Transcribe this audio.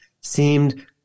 seemed